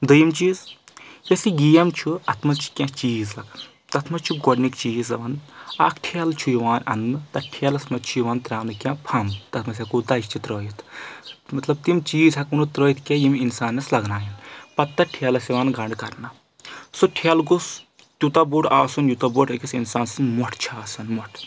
دیٚیِم چیٖز یۄس یہِ گیم چھُ اتھ منٛز چھِ کینٛہہ چیٖز تتھ منٛز چھُ گۄڈنِکۍ چیٖز اِوَن اکھ ٹھیٚلہٕ چھُ یِوان اَننہٕ تتھ ٹھیٚلَس منٛز چھُ یِوان تراونہٕ کینٛہہ پھَمب تتھ منٛز ہؠکو دَجہِ تہٕ ترٲیِتھ مطلب تِم چیٖز ہؠکو نہٕ ترٛٲیِتھ کینٛہہ یِم انسانس لگنایٮ۪ن پتہٕ تتھ ٹھیلس یِوان گنٛڈ کرنہٕ سُہ ٹھیلہٕ گوٚژھ تیوٗتاہ بوٚڑ آسُن یوٗتاہ بوٚڑ أکِس اِنسان سٕنٛز مۄٹھ چھِ آسن مۄٹھ